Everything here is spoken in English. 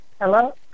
Hello